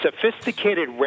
Sophisticated